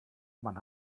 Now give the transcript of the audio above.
man